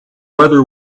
whether